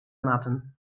moatten